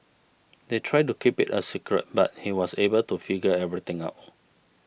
they tried to keep it a secret but he was able to figure everything out